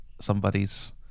somebody's